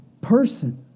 person